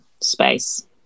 space